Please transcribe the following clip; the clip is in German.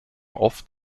oft